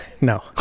No